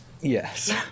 Yes